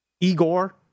Igor